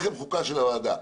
לחם חוקה של הוועדה.